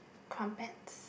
crumpets